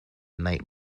night